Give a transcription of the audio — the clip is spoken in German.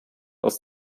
aus